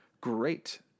Great